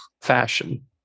fashion